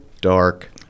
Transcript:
dark